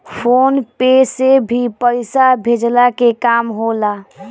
phone पे से भी पईसा भेजला के काम होला